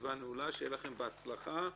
שיהיה לכם בהצלחה.